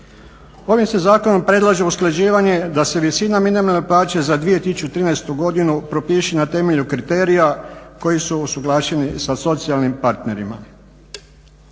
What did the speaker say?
Ovim se zakonom predlaže usklađivanje da se visina minimalne plaće za 2013. propiše na temelju kriterija koji su usuglašeni sa socijalnim partnerima.